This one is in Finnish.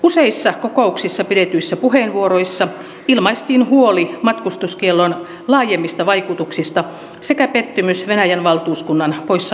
useissa kokouksessa pidetyissä puheenvuoroissa ilmaistiin huoli matkustuskiellon laajemmista vaikutuksista sekä pettymys venäjän valtuuskunnan poissaolosta